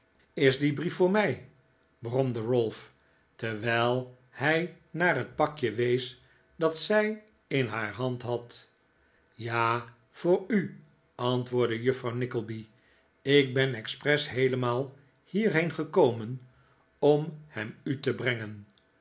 is die brief voor mij bromde ralph terwijl hij naar het pakje wees dat zij in haar hand had ja voor u antwoordde juffrouw nickleby ik ben expres heelemaal hierheen gekomen om hem u te brengen